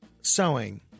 sewing